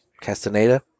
Castaneda